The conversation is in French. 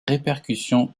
répercussions